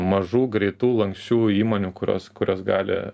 mažų greitų lanksčių įmonių kurios kurios gali